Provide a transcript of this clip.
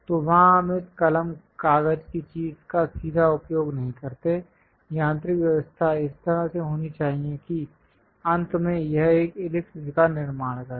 तो वहाँ हम इस कलम कागज की चीज़ का सीधा उपयोग नहीं करते हैं यांत्रिक व्यवस्था इस तरह से होनी चाहिए कि अंत में यह एक इलिप्स का निर्माण करे